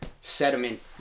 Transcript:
sediment